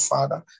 Father